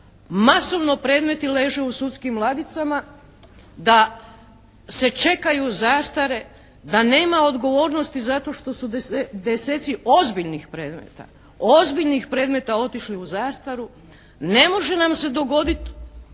masovnu predmeti leže u sudskim ladicama, da se čekaju zastare, da nema odgovornosti zato što su deseci ozbiljnih predmeta, ozbiljnih predmeta otišli u zastaru, ne može nam se dogodit